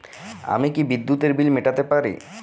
আমি কি বিদ্যুতের বিল মেটাতে পারি?